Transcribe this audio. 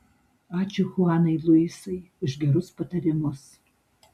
ačiū chuanai luisai už gerus patarimus